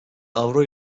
avro